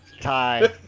tie